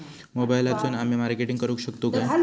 मोबाईलातसून आमी मार्केटिंग करूक शकतू काय?